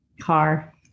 car